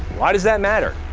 why does that matter?